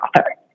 author